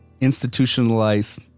institutionalized